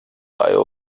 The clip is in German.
ohio